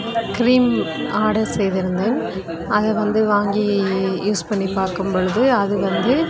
cream order செய்திருந்தேன் அது வந்து வாங்கி யூஸ் பண்ணிப் பார்க்கும்பொழுது அது வந்து